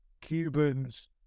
Cubans